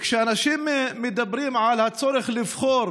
כשאנשים מדברים על הצורך לבחור